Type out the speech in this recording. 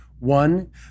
One